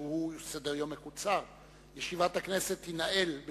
הצעת חוק העונשין (תיקון,